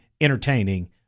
entertaining